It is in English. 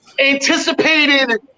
anticipated